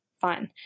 fun